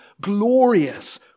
glorious